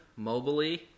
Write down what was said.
mobily